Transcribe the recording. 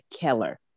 Keller